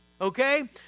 okay